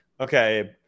Okay